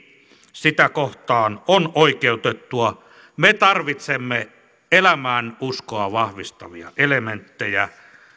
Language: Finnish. sitä kohtaan on oikeutettua me tarvitsemme elämään uskoa vahvistavia elementtejä